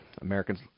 Americans